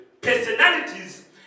Personalities